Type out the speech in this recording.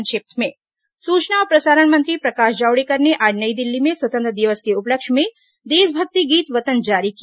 संक्षिप्त समाचार सूचना और प्रसारण मंत्री प्रकाश जावडेकर ने आज नई दिल्ली में स्वतंत्रता दिवस के उपलक्ष्य में देशभक्ति गीत वतन जारी किया